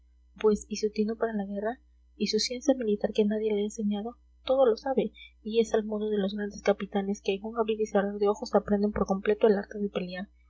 pues y su tino para la guerra y su ciencia militar que nadie le ha enseñado todo lo sabe y es al modo de los grandes capitanes que en un abrir y cerrar de ojos aprenden por completo el arte de